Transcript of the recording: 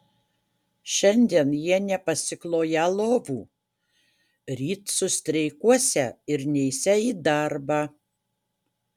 šiandien jie nepasikloją lovų ryt sustreikuosią ir neisią į darbą